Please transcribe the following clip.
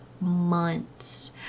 months